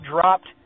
dropped